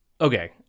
Okay